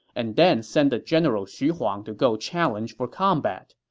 and then sent the general xu huang to go challenge for combat.